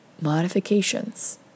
modifications